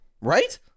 Right